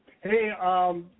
Hey